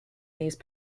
these